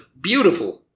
Beautiful